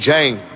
Jane